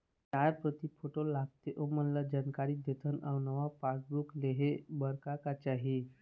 चार प्रति फोटो लगथे ओमन ला जानकारी देथन अऊ नावा पासबुक लेहे बार का का चाही?